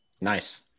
Nice